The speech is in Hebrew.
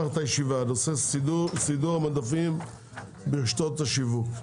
אני פותח את הישיבה בנושא סידור המדפים ברשתות השיווק.